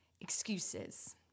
excuses